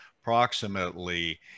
approximately